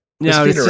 No